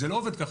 זה לא עובד ככה,